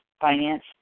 finance